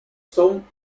son